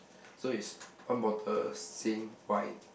so is one bottle sink white